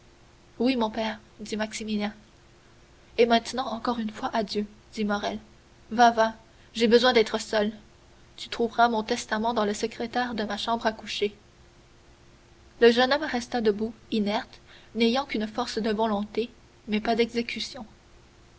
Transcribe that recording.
oui mon père dit maximilien et maintenant encore une fois adieu dit morrel va va j'ai besoin d'être seul tu trouveras mon testament dans le secrétaire de ma chambre à coucher le jeune homme resta debout inerte n'ayant qu'une force de volonté mais pas d'exécution